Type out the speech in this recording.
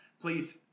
Please